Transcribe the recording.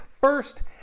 first